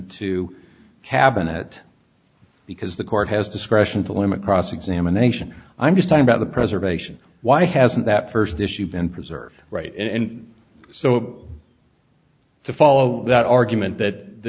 to cabinet because the court has discretion to limit cross examination i'm just talking about the preservation why hasn't that first issue been preserved right and so to follow that argument that the